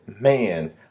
man